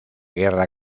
guerra